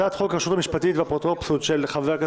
של חה"כ